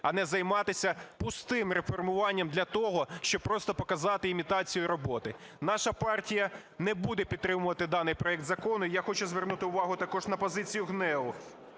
а не займатися пустим реформуванням для того, щоб просто показати імітацію роботи. Наша партія не буде підтримувати даний проект закону. І я хочу звернути увагу також на позицію ГНЕУ,